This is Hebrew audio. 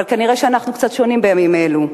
אבל כנראה אנחנו קצת שונים בימים אלה.